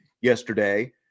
yesterday